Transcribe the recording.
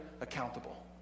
accountable